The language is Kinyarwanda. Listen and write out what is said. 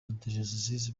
abdelaziz